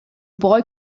boy